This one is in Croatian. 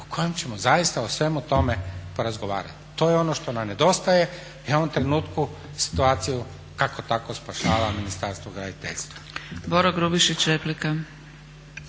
u kojem ćemo zaista o svemu tome porazgovarati. To je ono što nam nedostaje i u ovom trenutku situaciju kako tako spašava Ministarstvo graditeljstva.